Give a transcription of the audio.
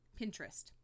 Pinterest